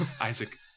Isaac